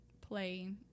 play